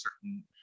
certain